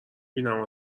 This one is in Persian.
بینم